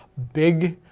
big,